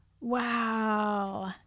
Wow